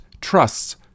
trusts